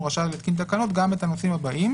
רשאי להתקין תקנות גם את הנושאים הבאים